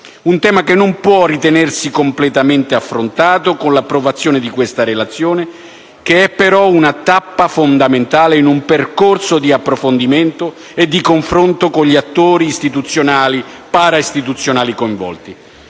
un tema che non può ritenersi completamente affrontato con l'approvazione della relazione in esame, che è però una tappa fondamentale in un percorso di approfondimento e di confronto con gli attori istituzionali e para-istituzionali coinvolti.